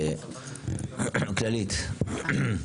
כללית.